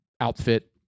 outfit